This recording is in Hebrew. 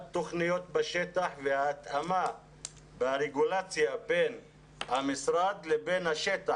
תוכניות בשטח והתאמה ברגולציה בין המשרד לבין השטח.